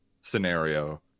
scenario